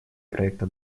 проекта